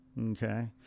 Okay